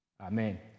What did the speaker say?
Amen